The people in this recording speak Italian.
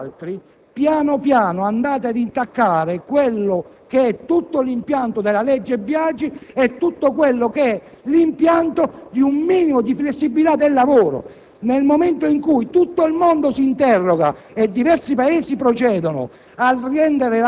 Redige un contratto con l'azienda, un contratto che è un progetto, che ha un obiettivo, che ha una finalità, che viene retribuito a seconda del raggiungimento di questo obiettivo, e si dimette: da che cosa? La verità è un'altra; la verità è che in questo modo,